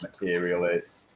materialist